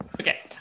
Okay